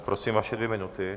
Prosím, vaše dvě minuty.